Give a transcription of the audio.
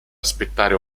aspettare